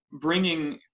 bringing